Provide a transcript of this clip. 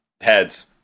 Heads